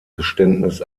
geständnis